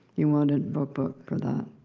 you want a book book for that.